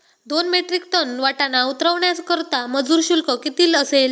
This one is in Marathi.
दोन मेट्रिक टन वाटाणा उतरवण्याकरता मजूर शुल्क किती असेल?